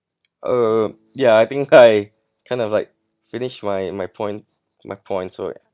uh ya I think I kind of like finished my my point my point so ya